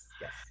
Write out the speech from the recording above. yes